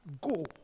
Go